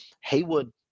Haywood